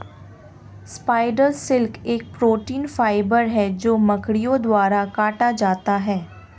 spider silk एक protein fibre है जो मकड़ियों द्वारा काता जाता है